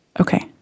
Okay